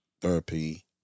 therapy